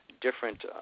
different